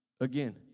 Again